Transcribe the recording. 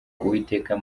uwiteka